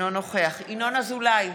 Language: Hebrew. אינו נוכח ינון אזולאי,